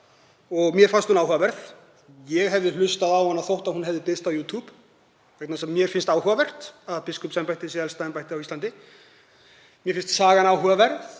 og mér fannst hún áhugaverð. Ég hefði hlustað á hana þótt hún hefði birst á Youtube vegna þess að mér finnst áhugavert að biskupsembættið sé elsta embætti á Íslandi. Mér finnst sagan áhugaverð.